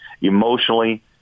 emotionally